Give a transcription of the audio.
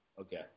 Okay